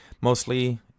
mostly